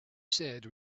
said